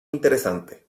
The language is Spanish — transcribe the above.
interesante